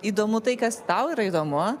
įdomu tai kas tau yra įdomu